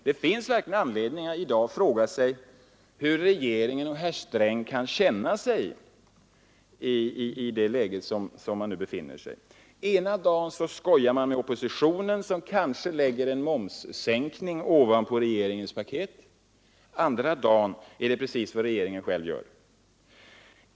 Det finns verkligen i dag anledning att fråga hur regeringen och herr Sträng kan känna sig i nuvarande läge. Ena dagen skojar man med oppositionen, som kanske lägger en momssänkning ovanpå regeringens paket, och andra dagen är detta precis vad regeringen själv gör.